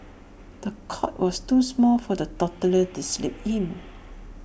the cot was too small for the toddler to sleep in